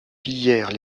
pillèrent